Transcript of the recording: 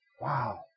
Wow